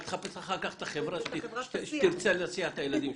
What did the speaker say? רק תחפש אחר כך את החברה שתרצה להסיע את הילדים.